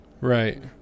Right